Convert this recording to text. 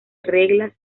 reglas